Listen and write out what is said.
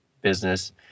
business